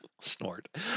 Snort